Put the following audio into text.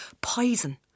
Poison